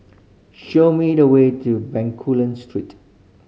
show me the way to Bencoolen Street